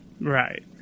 Right